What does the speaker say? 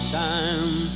time